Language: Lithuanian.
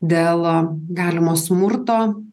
dėl galimo smurto